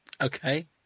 okay